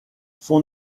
son